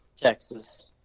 Texas